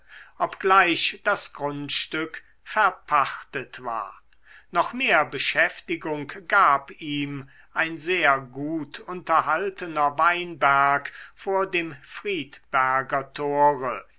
obgleich das grundstück verpachtet war noch mehr beschäftigung gab ihm ein sehr gut unterhaltener weinberg vor dem friedberger tore